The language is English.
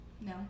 no